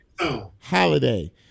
Holiday